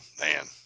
man